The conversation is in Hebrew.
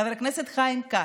חבר הכנסת חיים כץ,